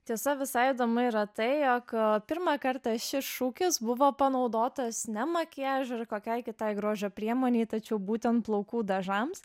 tiesa visai įdomu yra tai jog pirmą kartą šis šūkis buvo panaudotas ne makiažo ar kokiai kitai grožio priemonei tačiau būtent plaukų dažams